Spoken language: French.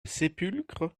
sépulcre